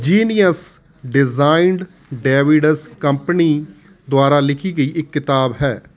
genius designed Davidson company ਦੁਆਰਾ ਲਿਖੀ ਗਈ ਇੱਕ ਕਿਤਾਬ ਹੈ